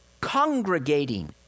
congregating